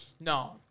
no